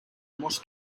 mos